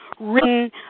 written